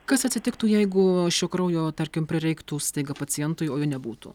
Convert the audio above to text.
kas atsitiktų jeigu šio kraujo tarkim prireiktų staiga pacientui o jo nebūtų